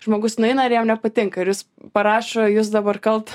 žmogus nueina ir jam nepatinka ir jis parašo jūs dabar kalt